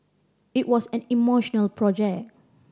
it was an emotional project